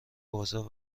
بازار